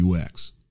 UX